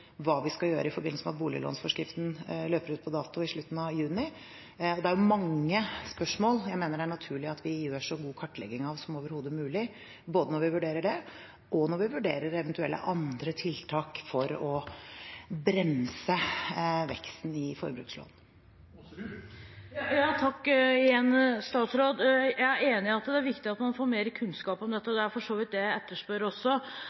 hva vi skal gjøre i forbindelse med at boliglånsforskriften løper ut på dato i slutten av juni. Det er mange spørsmål jeg mener det er naturlig at vi gjør så god kartlegging av som overhodet mulig, både når vi vurderer det, og når vi vurderer eventuelle andre tiltak for å bremse veksten i forbrukslån. Jeg takker igjen statsråden. Jeg er enig i at det er viktig at man får mer kunnskap om dette. Det er for så vidt det jeg etterspør også.